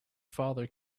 father